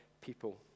people